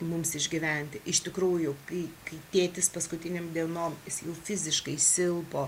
mums išgyventi iš tikrųjų kai kai tėtis paskutinėm dienom jis jau fiziškai silpo